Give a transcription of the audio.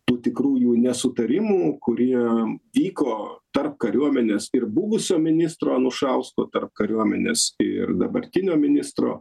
tų tikrųjų nesutarimų kurie vyko tarp kariuomenės ir buvusio ministro anušausko tarp kariuomenės ir dabartinio ministro